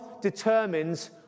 determines